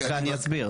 אז אני --- אני אסביר.